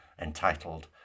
entitled